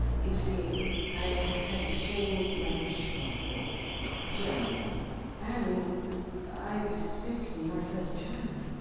you see i had exchanged my british passport for german one and i was expecting my first child.